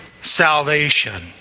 salvation